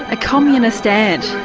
a communist ant,